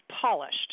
polished